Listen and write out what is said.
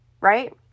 Right